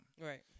Right